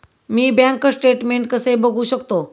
मी bank statement कसे बघू शकतो?